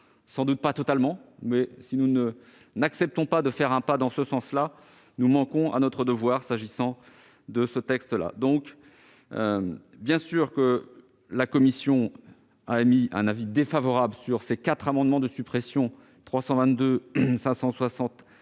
sans doute pas totalement. Mais si nous n'acceptons pas de faire un pas en ce sens, nous manquons à notre devoir s'agissant de ce texte. Par conséquent, la commission a émis un avis défavorable sur ces quatre amendements n 322, 560, 579